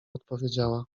odpowiedziała